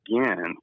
again